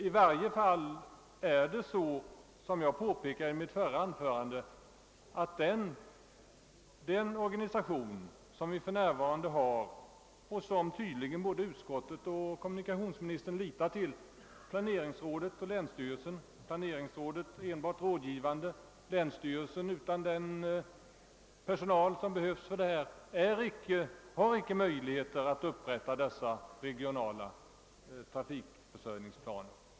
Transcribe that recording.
I varje fall är det så, som jag påpekade i mitt förra anförande, att den organisation vilken vi för närvarande har och vilken tydligen både statsutskottet och kommunikationsministern litar till, nämligen planerings rådet och länsstyrelsen — planeringsrådet är enbart rådgivande och länsstyrelsen saknar den personal som behövs för detta arbete — icke har några möjligheter att upprätta regionala trafikförsörjningsplaner.